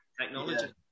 Technology